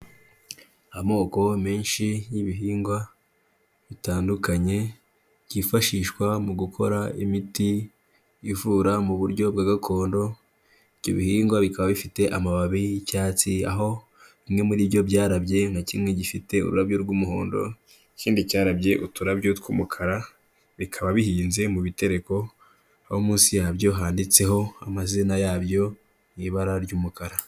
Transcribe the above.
Amoko menshi y'ibihingwa bitandukanye, byifashishwa mu gukora imiti ivura mu buryo bwa gakondo, ibyo bihingwa bikaba bifite amababi y'icyatsi, aho bimwe muri byo byarabye na kimwe gifite ururabyo rw'umuhondo, ikindi cyarabye uturabyo tw'umukara, bikaba bihinze mu bitereko, aho munsi yabyo handitseho amazina yabyo mui bara ry'umukara.